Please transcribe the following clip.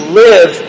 live